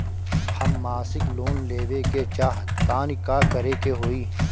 हम मासिक लोन लेवे के चाह तानि का करे के होई?